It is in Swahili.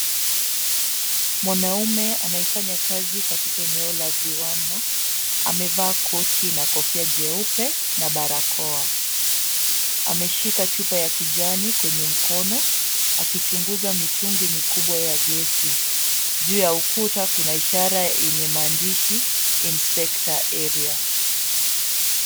Mwanaume anayefanya kazi katika eneo la viwanda, amevaa koti na kofia jeupe na barakoa. Ameshika chupa ya kijani kwenye mkono akichunguza mitungi mikubwa ya gesi. Juu ya ukuta kuna ishara yenye maandishi Inspector Area